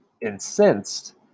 incensed